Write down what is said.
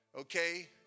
okay